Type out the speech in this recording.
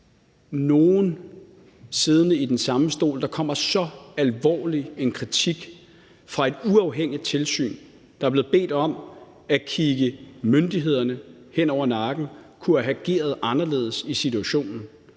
nogen siddende i den samme stol, hvor der kommer en så alvorlig kritik fra et uafhængigt tilsyn, der er blevet bedt om at se myndighederne over skulderen, kunne have ageret anderledes i situationen.